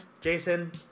Jason